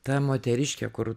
ta moteriškė kur